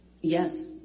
Yes